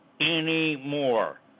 Anymore